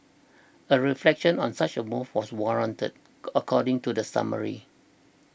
a reflection on such a move was warranted according to the summary